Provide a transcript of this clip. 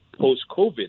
post-COVID